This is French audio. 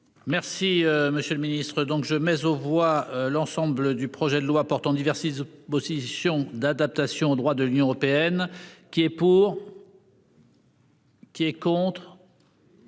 Merci, monsieur le Ministre donc je mais aux voix l'ensemble du projet de loi portant diverses ils. Opposition d'adaptation au droit de l'Union européenne qui est pour.-- Qui est contre.--